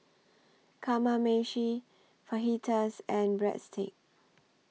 Kamameshi Fajitas and Breadsticks